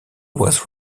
was